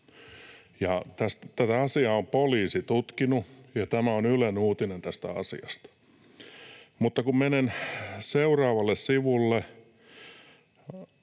tätä asiaa on poliisi tutkinut, ja tämä on Ylen uutinen tästä asiasta. Mutta kun menen seuraavalle sivulle,